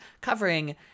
covering